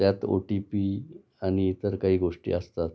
त्यात O T P आणि इतर काही गोष्टी असतात